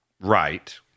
Right